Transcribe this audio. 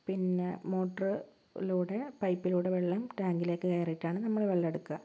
പിന്നെ മോട്ടർലൂടെ പൈപ്പിലൂടെ വെള്ളം ടാങ്കിലേക്ക് കയറിയിട്ടാണ് നമ്മള് വെള്ളമെടുക്കുക